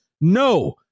no